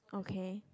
okay